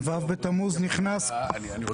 גם ו' בתמוז נכנס בשקיעה,